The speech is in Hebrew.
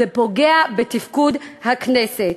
זה פוגע בתפקוד הכנסת.